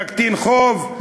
נקטין חוב,